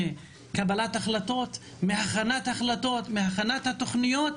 מקבלת החלטות, מהכנת החלטות, מהכנת התוכניות,